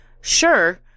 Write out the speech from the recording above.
sure